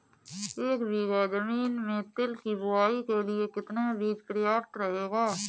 एक बीघा ज़मीन में तिल की बुआई के लिए कितना बीज प्रयाप्त रहेगा?